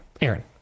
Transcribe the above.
Aaron